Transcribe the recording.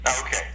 Okay